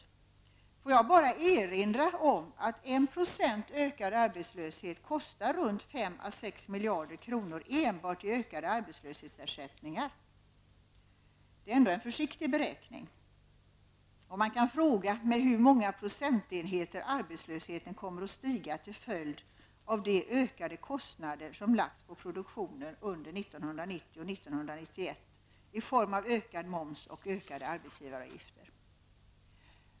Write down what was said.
Men får jag då bara erinra om att en ökning av arbetslösheten med 1 % kostar runt 5 à 6 miljarder kronor enbart i form av ökade arbetslöshetsersättningar. Och det är ändå en försiktig beräkning. Man kan fråga sig hur många procentenheter arbetslösheten kommer att stiga med till följd av de ökade kostnader som har lagts på produktionen under 1990 och 1991 i form av utökad moms och höjda arbetsgivaravgifter.